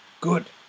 Good